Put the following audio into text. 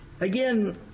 Again